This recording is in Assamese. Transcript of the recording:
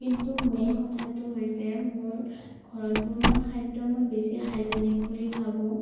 কিন্তু মেইন কথাটো হৈছে মোৰ ঘৰত বনোৱা খাদ্য মই বেছি হাইজেনিক বুলি ভাবোঁ